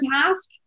task